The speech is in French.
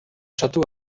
château